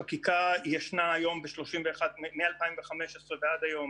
חקיקה ישנה היום מ-2015 ועד היום,